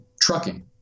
Trucking